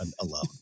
alone